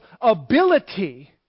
ability